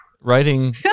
writing